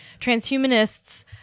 transhumanists